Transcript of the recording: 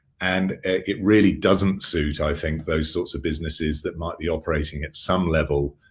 and it really doesn't suit, i think, those sorts of businesses that might be operating at some level